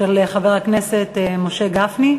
של חבר הכנסת משה גפני.